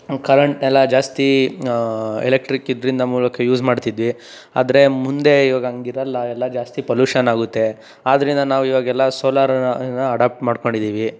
ನಾವು ಕರೆಂಟ್ ಎಲ್ಲ ಜಾಸ್ತಿ ಎಲೆಕ್ಟ್ರಿಕ್ ಇದರಿಂದ ಮೂಲಕ ಯೂಸ್ ಮಾಡ್ತಿದ್ವಿ ಆದರೆ ಮುಂದೆ ಇವಾಗ ಹಾಗಿರಲ್ಲ ಎಲ್ಲ ಜಾಸ್ತಿ ಪೊಲ್ಯೂಷನ್ ಆಗುತ್ತೆ ಆದ್ದರಿಂದ ನಾವು ಇವಾಗೆಲ್ಲ ಸೋಲಾರನ್ನು ಅನಾ ಅಡಾಪ್ಟ್ ಮಾಡ್ಕೊಂಡಿದ್ದೀವಿ